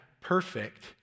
perfect